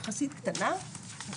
יחסית קטנה,